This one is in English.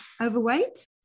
overweight